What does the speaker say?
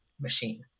machine